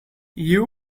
you